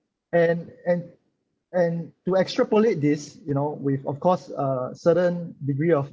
and and and to extrapolate this you know with of course a certain degree of